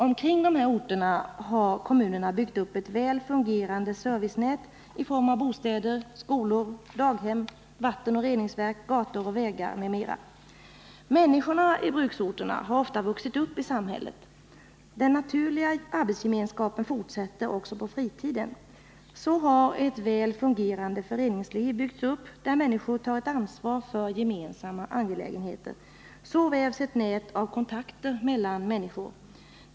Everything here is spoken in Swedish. Omkring dessa orter har kommunerna byggt upp ett väl fungerande servicenät i form av bostäder, skolor, daghem, vattenoch reningsverk, gator och vägar m m. ——- Människorna i bruksorterna har ofta vuxit upp i samhället. Den naturliga arbetsgemenskapen fortsätter också på fritiden. Så har ett väl fungerande föreningsliv byggts upp, där människor tar ett ansvar för gemensamma angelägenheter. Så vävs ett nät av kontakter mellan människor.